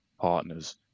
partners